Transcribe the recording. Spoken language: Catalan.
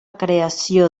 creació